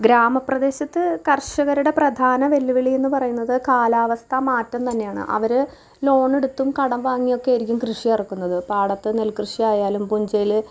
ഗ്രാമപ്രദേശത്ത് കർഷകരടെ പ്രധാന വെല്ലുവിളി എന്ന് പറയുന്നത് കാലാവസ്ഥ മാറ്റം തന്നെയാണ് അവർ ലോണെടുത്തും കടം വാങ്ങിയൊക്കെ ആയിരിക്കും കൃഷി ഇറക്കുന്നത് പാടത്ത് നെൽകൃഷി ആയാലും പൂഞ്ചയിൽ